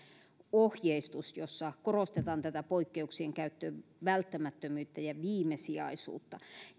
ohjeistus jossa korostetaan tätä poikkeuksien käytön välttämättömyyttä ja viimesijaisuutta